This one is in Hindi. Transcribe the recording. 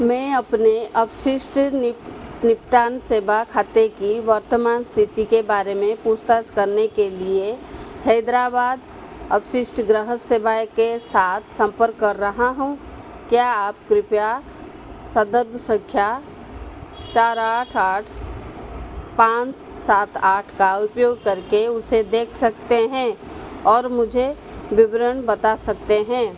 मैं अपने अवशिष्ट निप निपटान सेवा खाते की वर्तमान स्थिति के बारे में पूछताछ करने के लिए हैदराबाद अवशिष्ट ग्रह सेवाएँ के साथ संपर्क कर रहा हूँ क्या आप कृप्या सदर्भ संख्या चार आठ आठ पाँच सात आठ का उपयोग करके उसे देख सकते हैं और मुझे विवरण बता सकते हैं